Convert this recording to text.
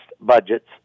budgets